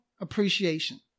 appreciation